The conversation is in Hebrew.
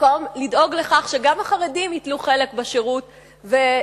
במקום לדאוג לכך שגם החרדים ייטלו חלק בשירות ולא